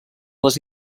les